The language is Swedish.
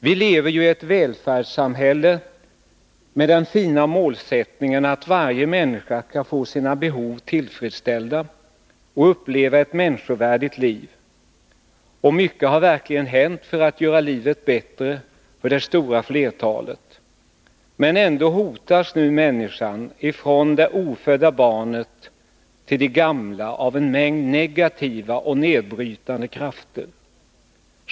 Vi lever ju i ett välfärdssamhälle med den fina målsättningen att varje människa skall få sina behov tillfredsställda och uppleva ett människovärdigt liv. Och mycket har verkligen hänt för att göra livet bättre för det stora flertalet. Men ändå hotas nu människan, alltifrån det ofödda barnet till den gamla, av en mängd negativa och nedbrytande krafter.